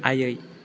आयै